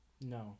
No